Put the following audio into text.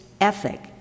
ethic